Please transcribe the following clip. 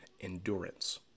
endurance